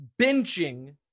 Benching